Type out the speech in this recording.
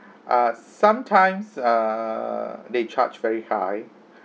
uh sometimes err they charge very high